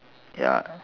ya